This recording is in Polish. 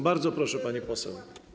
Bardzo proszę, pani poseł.